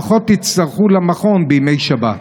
פחות תצטרכו למכון בימי שבת.